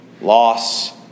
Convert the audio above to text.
loss